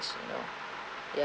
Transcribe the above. you know ya